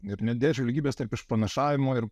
ir nedėčiau lygybės tarp išpranašavimo ir